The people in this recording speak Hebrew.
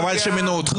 חבל שמינו אותך.